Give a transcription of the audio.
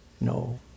No